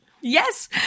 Yes